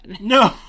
no